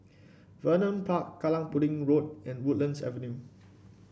Vernon Park Kallang Pudding Road and Woodlands Avenue